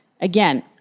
Again